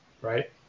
right